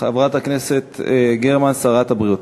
חברת הכנסת גרמן, שרת הבריאות,